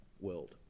world